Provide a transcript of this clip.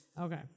Okay